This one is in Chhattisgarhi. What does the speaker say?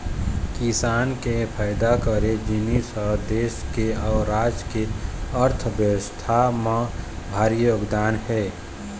किसान के पइदा करे जिनिस ह देस के अउ राज के अर्थबेवस्था म भारी योगदान हे